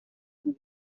nur